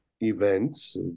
events